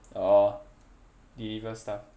oh deliver stuff